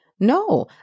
No